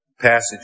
Passage